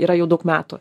yra jau daug metų